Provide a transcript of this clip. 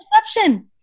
perception